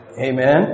Amen